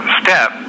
step